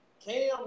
Cam